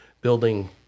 building